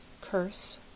curse